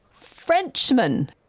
Frenchman